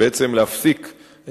החלופה שנבחרה לטיפול בבוצת השפד"ן הינה